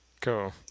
Cool